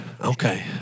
Okay